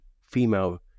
female